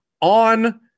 on